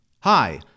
Hi